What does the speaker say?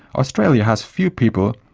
australia has few people,